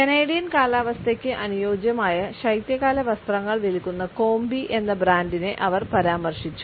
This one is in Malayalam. കനേഡിയൻ കാലാവസ്ഥയ്ക്ക് അനുയോജ്യമായ ശൈത്യകാല വസ്ത്രങ്ങൾ വിൽക്കുന്ന കോമ്പി എന്ന ബ്രാൻഡിനെ അവർ പരാമർശിച്ചു